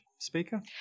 speaker